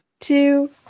two